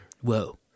Whoa